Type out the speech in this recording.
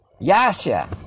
Yasha